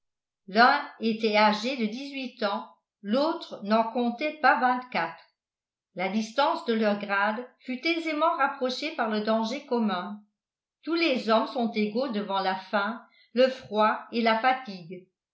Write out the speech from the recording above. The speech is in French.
l'un était âgé de dix-huit ans l'autre n'en comptait pas vingt-quatre la distance de leurs grades fut aisément rapprochée par le danger commun tous les hommes sont égaux devant la faim le froid et la fatigue